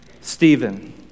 Stephen